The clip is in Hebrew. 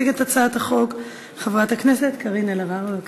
תציג את הצעת החוק חברת הכנסת קארין אלהרר, בבקשה.